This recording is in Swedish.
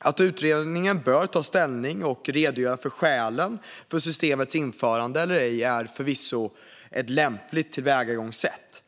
Att utredningen bör ta ställning och redogöra för skälen för systemets införande eller ej är förvisso ett lämpligt tillvägagångssätt.